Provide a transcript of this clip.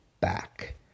back